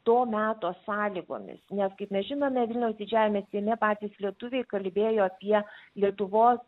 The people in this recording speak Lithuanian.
to meto sąlygomis nes kaip mes žinome vilniaus didžiajame seime patys lietuviai kalbėjo apie lietuvos